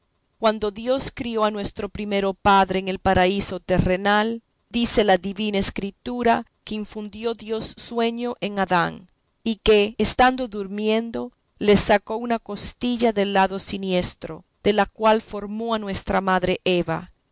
cuando dios crió a nuestro primero padre en el paraíso terrenal dice la divina escritura que infundió dios sueño en adán y que estando durmiendo le sacó una costilla del lado siniestro de la cual formó a nuestra madre eva